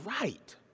right